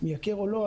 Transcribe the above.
מייקר או לא,